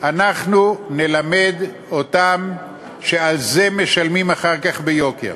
אנחנו נלמד אותם שעל זה משלמים אחר כך ביוקר.